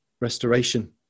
restoration